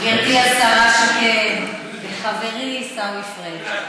גברתי השרה שקד וחברי עיסאווי פריג',